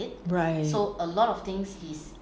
right